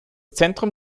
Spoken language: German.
zentrum